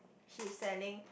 she is selling